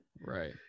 right